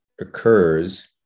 occurs